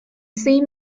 see